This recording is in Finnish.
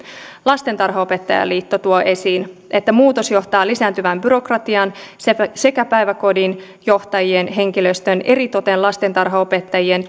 lastentarhanopettajaliitto tuo esiin että muutos johtaa lisääntyvään byrokratiaan sekä sekä päiväkodinjohtajien henkilöstön eritoten lastentarhaopettajien